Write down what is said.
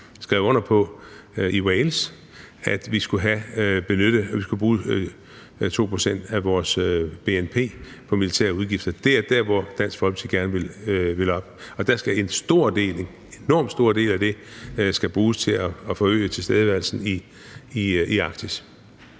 skrev under på i Wales, nemlig at vi skal bruge 2 pct. af vores bnp på militærudgifter. Det er det, Dansk Folkeparti gerne vil have at vi når op på, og der skal en enormt stor del af det bruges til at øge tilstedeværelsen i Arktis.